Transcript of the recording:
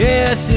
Yes